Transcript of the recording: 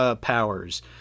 powers